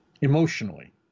emotionally